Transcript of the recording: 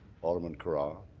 alderman carra,